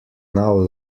now